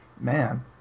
man